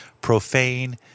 profane